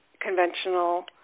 conventional –